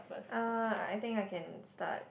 uh I think I can start